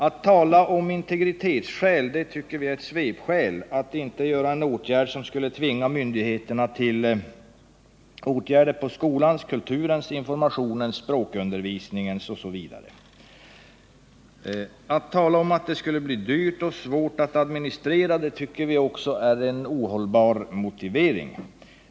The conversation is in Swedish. Att tala om integritetsskäl tycker vi är att ta till svepskäl för att inte behöva vidta en åtgärd som skulle tvinga myndigheterna till insatser på bl.a. skolans, kulturens, informationens och språkundervisningens områden. Att tala om att det skulle bli dyrt och svårt att administrera tycker vi också är en ohållbar motivering.